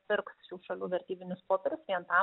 pirks šių šalių vertybinius popierius vien tam